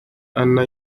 anna